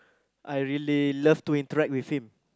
I really love to interact with him